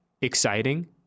Exciting